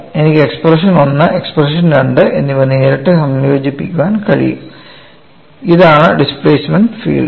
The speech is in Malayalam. എനിക്ക് എക്സ്പ്രഷൻ ഒന്ന് എക്സ്പ്രഷൻ രണ്ട് എന്നിവ നേരിട്ട് സംയോജിപ്പിക്കാൻ കഴിയും ഇത് ആണ് ഡിസ്പ്ലേമെൻറ് ഫീൽഡ്